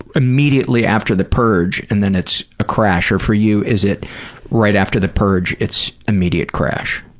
immediately after the purge and then it's a crash, or for you is it right after the purge it's immediate crash?